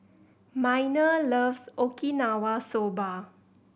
Minor loves Okinawa Soba